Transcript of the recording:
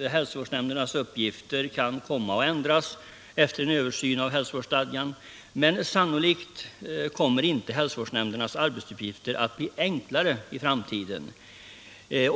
hälsovårdsnämndernas uppgifter kan komma att ändras efter en Översyn av hälsovårdsstadgan, men sannolikt kommer inte hälsovårdsnämndernas arbetsuppgifter att bli enklare i framtiden.